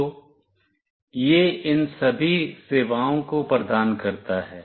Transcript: तो यह इन सभी सेवाओं को प्रदान करता है